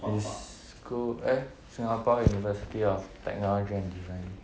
it's school eh singapore university of technology and design